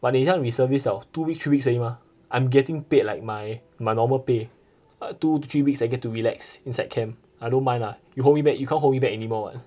but they reservice liao two weeks three weeks 而已 mah I'm getting paid like my my normal pay two to three weeks I get to relax inside camp I don't mind lah you hold me back you can't hold you back anymore [what]